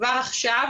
כבר עכשיו,